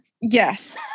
Yes